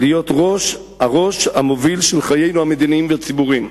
להיות הראש המוביל של חיינו המדיניים והציבוריים.